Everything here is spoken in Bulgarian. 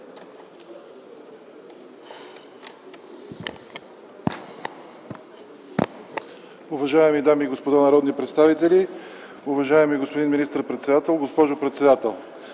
Уважаеми дами и господа народни представители, уважаеми господин министър-председател, госпожо председател!